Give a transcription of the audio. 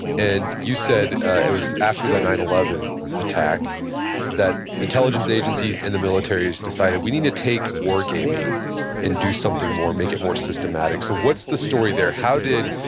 and you said it was after the nine zero and attack that intelligence agencies and the militaries decided, we need to take war gaming and do something more, make it more systematic. so, what's the story there? how did,